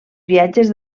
viatges